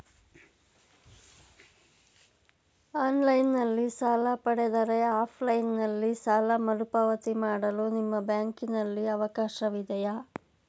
Online ನಲ್ಲಿ ಸಾಲ ಪಡೆದರೆ ಆಫ್ಲೈನ್ ನಲ್ಲಿ ಸಾಲ ಮರುಪಾವತಿ ಮಾಡಲು ನಿಮ್ಮ ಬ್ಯಾಂಕಿನಲ್ಲಿ ಅವಕಾಶವಿದೆಯಾ?